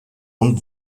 und